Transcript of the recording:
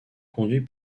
conduits